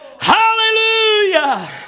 Hallelujah